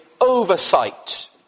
oversight